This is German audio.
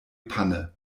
panne